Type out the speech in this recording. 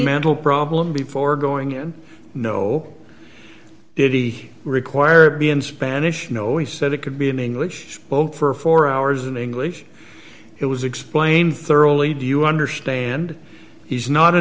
mental problem before going you know did he require be in spanish no he said it could be in english when for four hours in english it was explained thoroughly do you understand he's not a